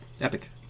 Epic